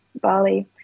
Bali